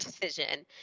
decision